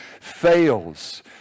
fails